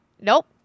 Nope